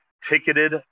ticketed